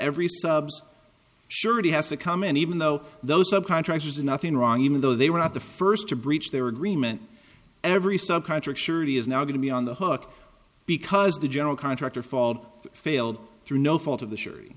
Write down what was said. every subs surety has to come and even though those subcontractors nothing wrong even though they were not the first to breach their agreement every stock contract surety is now going to be on the hook because the general contractor fault failed through no fault of the